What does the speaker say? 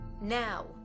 now